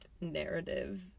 narrative